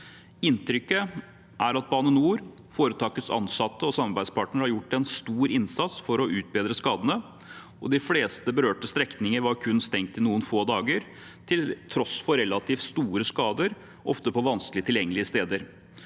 Inntrykket er at Bane NOR, foretakets ansatte og samarbeidspartnere har gjort en stor innsats for å utbedre skadene, og de fleste berørte strekninger var kun stengt i noen få dager, til tross for relativt store skader, ofte på vanskelig tilgjengelige steder.